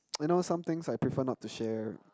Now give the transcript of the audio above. you know some things I prefer not to share